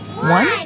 One